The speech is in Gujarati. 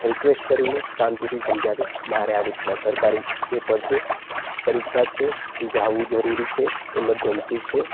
રિકવેસ્ટ કરીને શાંતિથી સમજાવ્યા મારે આવી રીતના સરકારી પેપર છે પરીક્ષા છે જવું જરૂરી છે ઇમરજન્સી છે